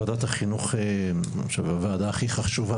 וועדת החינוך אני חושב הוועדה הכי חשובה